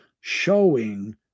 showing